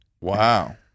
Wow